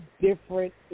different